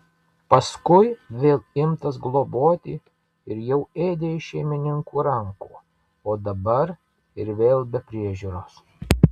paskui vėl imtas globoti ir jau ėdė iš šeimininkų rankų o dabar ir vėl be priežiūros